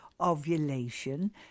ovulation